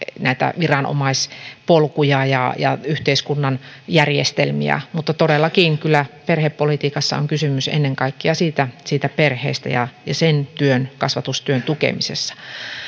näitä viranomaispolkuja ja ja yhteiskunnan järjestelmiä mutta todellakin kyllä perhepolitiikassa on kysymys ennen kaikkea siitä siitä perheestä ja sen kasvatustyön tukemisesta